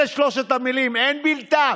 אלה שלוש המילים, אין בלתן.